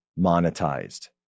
monetized